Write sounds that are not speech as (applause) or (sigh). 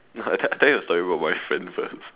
(laughs) I tell I tell you about my friend first